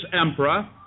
emperor